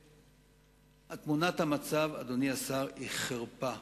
ותמונת המצב, אדוני השר, היא חרפה.